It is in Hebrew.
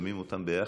ושמים אותם ביחד.